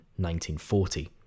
1940